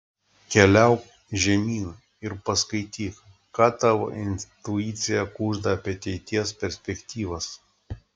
keliauk žemyn ir paskaityk ką tavo intuicija kužda apie ateities perspektyvas